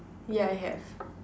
yeah I have